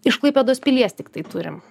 iš klaipėdos pilies tiktai turim